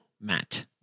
Matt